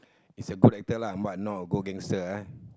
is a good actor lah but not a good gangster